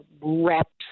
reps